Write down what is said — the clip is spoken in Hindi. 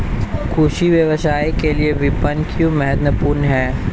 कृषि व्यवसाय के लिए विपणन क्यों महत्वपूर्ण है?